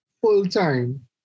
full-time